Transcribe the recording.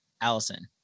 Allison